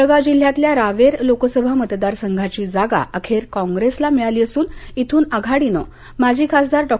जळगाव जिल्ह्यातल्या रावेर लोकसभा मतदारसंघाची जागा अखेर कॉंग्रेसला मिळाली असून इथून आघाडीनं माजी खासदार डॉ